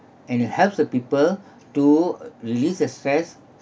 and it helps the people to release their stress